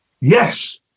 Yes